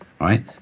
right